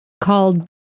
called